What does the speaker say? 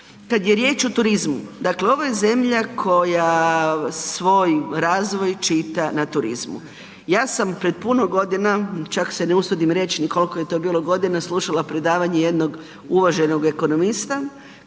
Kada je riječ o turizmu, dakle ovo je zemlja koja svoj razvoj čita na turizmu. Ja sam pred puno godina, čak se ne usudim reći ni koliko je to bilo godina, slušala predavanje jednog uvaženog ekonomista